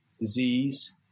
disease